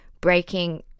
breaking